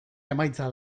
emaitza